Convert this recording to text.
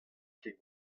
ket